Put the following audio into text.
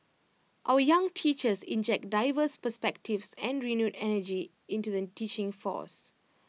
our young teachers inject diverse perspectives and renewed energy into the teaching force